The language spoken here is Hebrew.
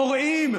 פורעים,